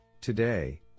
Today